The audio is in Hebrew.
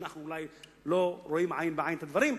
שאנחנו אולי לא רואים עין בעין את הדברים,